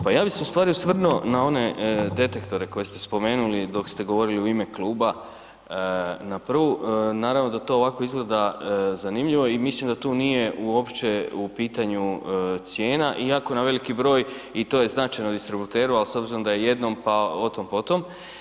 Pa ja bi se ustvari osvrnuo na one detektore koje ste spomenuli dok ste govorili u ime kluba na prvu, naravno da to ovako izgleda zanimljivo i mislim da tu nije uopće u pitanju cijena iako na veliki broj i to je značajno distributeri ali s obzirom da je jednom pa o tom potom.